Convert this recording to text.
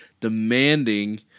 demanding